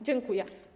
Dziękuję.